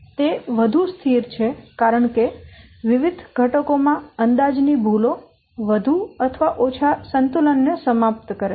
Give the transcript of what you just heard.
તે વધુ સ્થિર છે કારણ કે વિવિધ ઘટકો માં અંદાજ ની ભૂલો વધુ અથવા ઓછા સંતુલન ને સમાપ્ત કરે છે